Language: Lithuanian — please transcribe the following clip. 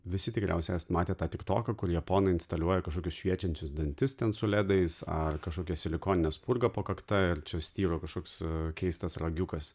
visi tikriausiai esat matę tą tiktoką kur japonai instaliuoja kažkokius šviečiančius dantis ten su ledais ar kažkokia silikonine spurga po kakta ir čia styro kažkoks keistas ragiukas